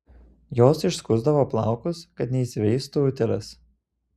jos išskusdavo plaukus kad neįsiveistų utėlės